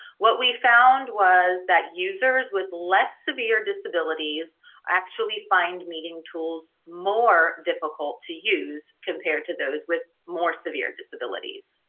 what we found was that users with less severe disabilities actually find meeting tools more difficult to use compared to those with more severe disabilities.